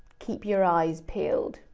keep your eyes peeled.